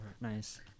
Nice